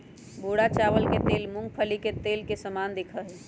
भूरा चावल के तेल मूंगफली के तेल के समान दिखा हई